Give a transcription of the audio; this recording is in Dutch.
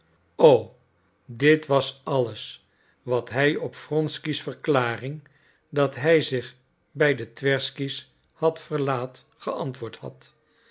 o dit was alles wat hij op wronsky's verklaring dat hij zich bij de twersky's had verlaat geantwoord had